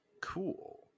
Cool